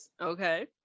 okay